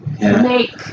make